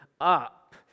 up